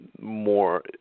more